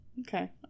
okay